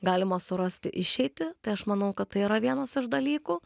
galima surasti išeitį tai aš manau kad tai yra vienas iš dalykų